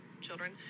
children